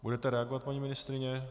Budete reagovat, paní ministryně?